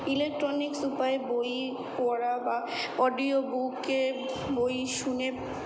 electronics উপায়ে বই পড়া বা অডিও বুকে বই শুনে